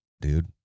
dude